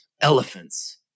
elephants